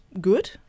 good